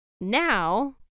now